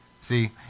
See